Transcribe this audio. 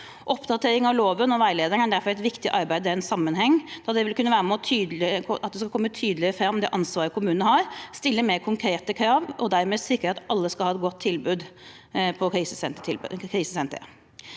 Oppdatering av loven og veilederen er derfor et viktig arbeid i den sammenheng, da det vil kunne være med på å tydeliggjøre ansvaret kommunene har, stille mer konkrete krav og dermed sikre at alle kan ha et godt tilbud på krisesenteret.